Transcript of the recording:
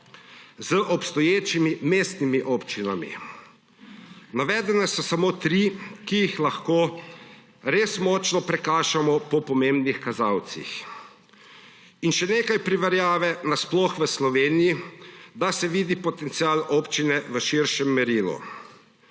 z obstoječimi mestnimi občinami. Navedene so samo tri, ki jih lahko res močno prekašamo po pomembnih kazalcih. In še nekaj primerjave nasploh v Sloveniji, da se vidi potencial občine v širšem merilu.